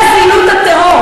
זה זילות הטרור.